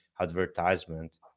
advertisement